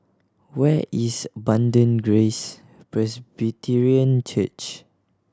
where is Abundant Grace Presbyterian Church